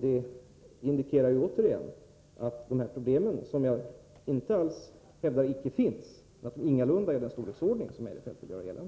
Det indikerar återigen att problemen — som jag inte alls hävdar inte finns — ingalunda är av den storleksordning som Eirefelt vill göra gällande.